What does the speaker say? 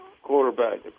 Quarterback